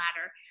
ladder